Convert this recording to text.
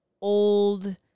old